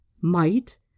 Might